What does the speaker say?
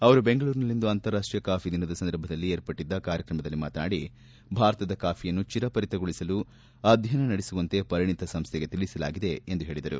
ಅವರು ಬೆಂಗಳೂರಿನಲ್ಲಿಂದು ಅಂತಾರಾಷ್ಟೀಯ ಕಾಫಿದಿನದ ಸಂದರ್ಭವಾಗಿ ಏರ್ಪಟ್ಟದ್ದ ಕಾರ್ಯಕ್ರಮದಲ್ಲಿ ಮಾತನಾಡಿ ಭಾರತದ ಕಾಫಿಯನ್ನು ಚಿರಪರಿಚಿತಗೊಳಿಸಲು ಅಧ್ಯಯನ ನಡೆಸುವಂತೆ ಪರಿಣತ್ ಸಂಸ್ಥೆಗೆ ತಿಳಿಸಲಾಗಿದೆ ಎಂದು ಹೇಳಿದರು